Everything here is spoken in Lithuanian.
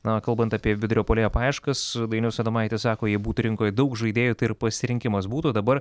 na kalbant apie vidurio puolėjo paieškas dainius adomaitis sako jei būtų rinkoj daug žaidėjų tai ir pasirinkimas būtų o dabar